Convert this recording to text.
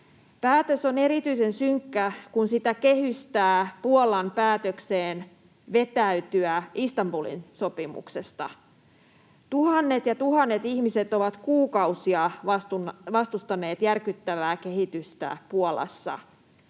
Päätös on erityisen synkkä, kun sitä kehystää Puolan päätökseen vetäytyä Istanbulin sopimuksesta. Tuhannet ja tuhannet ihmiset ovat kuukausia vastustaneet järkyttävää kehitystä Puolassa,